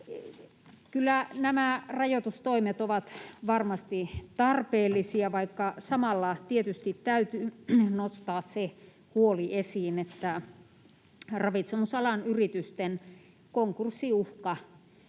Kyllä nämä rajoitustoimet ovat varmasti tarpeellisia, vaikka samalla tietysti täytyy nostaa se huoli esiin, että ravitsemusalan yritysten konkurssiuhka